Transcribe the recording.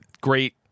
Great